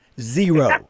Zero